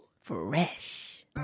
fresh